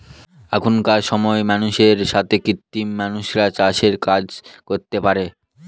এখনকার সময় মানুষের সাথে কৃত্রিম মানুষরা চাষের কাজ করতে পারে